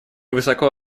высоко